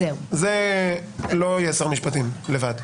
זה לא יהיה שר המשפטים לבד,